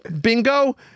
Bingo